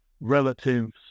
relatives